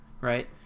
right